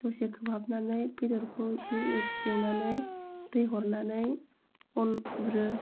दसे खोबहाबनानै बेदरखौ एसे एवनानै दै हरनानै अन हरो